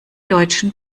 deutschen